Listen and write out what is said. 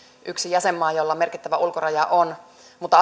yksi jäsenmaa jolla merkittävä ulkoraja on mutta